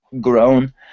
grown